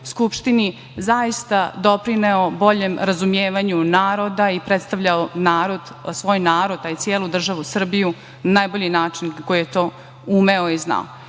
zaista doprineo boljem razumevanju naroda i predstavljao svoj narod, a i celu državu Srbiju na najbolji način kako je to umeo i znao. Kao